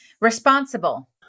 Responsible